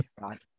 right